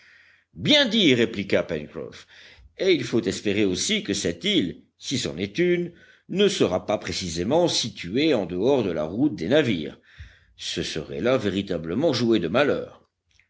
bien dit répliqua pencroff et il faut espérer aussi que cette île si c'en est une ne sera pas précisément située en dehors de la route des navires ce serait là véritablement jouer de malheur